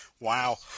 Wow